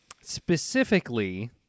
Specifically